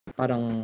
parang